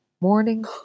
morning